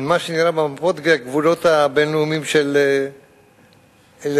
שנראה במפות כגבולות הבין-לאומיים של לבנון.